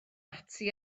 ati